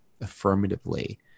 affirmatively